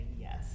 yes